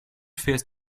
fährst